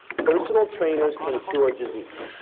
personal trainers can cure disease.